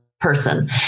person